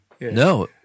No